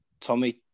Tommy